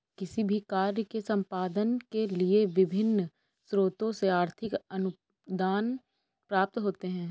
किसी भी कार्य के संपादन के लिए विभिन्न स्रोतों से आर्थिक अनुदान प्राप्त होते हैं